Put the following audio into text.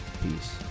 peace